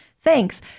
Thanks